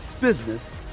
business